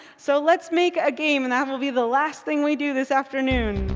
so let's make a game. and that will be the last thing we do this afternoon.